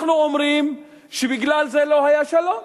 אנחנו אומרים שבגלל זה לא היה שלום.